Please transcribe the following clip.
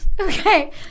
Okay